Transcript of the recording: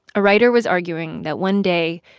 a writer was arguing that one day,